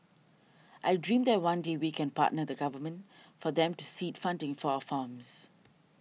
I dream that one day we can partner the Government for them to seed funding for our farms